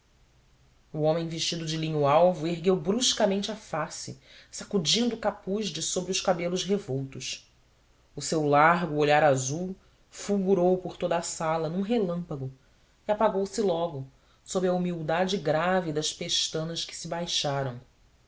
o homem vestido de linho alvo ergueu bruscamente a face sacudindo o capuz de sobre os cabelos revoltos o seu largo olhar azul fulgurou por toda a sala num relâmpago e apagou-se logo sob a humildade grave das pestanas que se baixaram